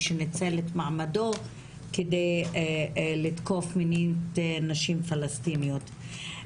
שניצל את מעמדו כדי לתקוף מיניות נשים פלסטיניות.